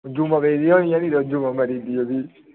जुआं पेदियां होनियां भी तां जुआं मरी जंदियां भी